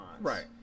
Right